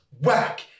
whack